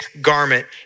garment